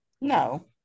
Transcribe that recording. No